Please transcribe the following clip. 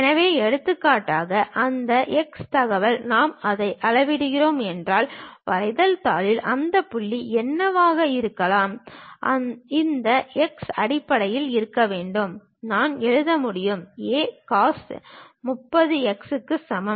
எனவே எடுத்துக்காட்டாக அந்த x தகவல் நான் அதை அளவிடுகிறேன் என்றால் வரைதல் தாளில் அந்த புள்ளி என்னவாக இருக்கலாம் இந்த x அடிப்படையில் இருக்க முடியும் நான் இதை எழுத முடியும் A cos 30 x க்கு சமம்